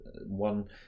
one